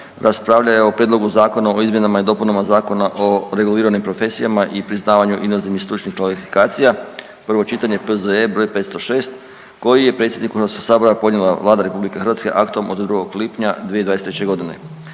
raspravljao je o Prijedlogu zakona o izmjenama i dopunama Zakona o reguliranim profesijama i priznavanju inozemnih stručnih kvalifikacija, prvo čitanje, P.Z.E. br. 506 koji je predsjednik HS-u podnijela Vlada RH aktom od 2. lipnja 2023. g.